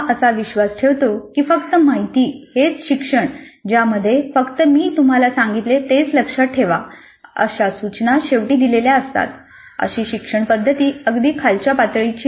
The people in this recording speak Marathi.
असा विश्वास ठेवतो की फक्त माहिती हेच शिक्षण ज्यामध्ये "फक्त मी तुम्हाला सांगितले तेच लक्षात ठेवा" अशा सूचना शेवटी दिलेल्या असतात अशी शिक्षणपद्धती अगदी खालच्या पातळीची आहे